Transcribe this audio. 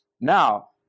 Now